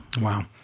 Wow